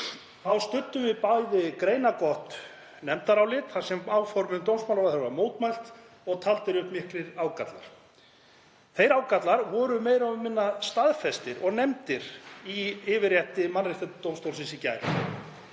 Þá studdum við bæði greinargott nefndarálit þar sem áformum dómsmálaráðherra var mótmælt og taldir upp miklir ágallar. Þeir ágallar voru meira og minna staðfestir og nefndir í yfirrétti Mannréttindadómstólsins í gær.